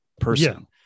person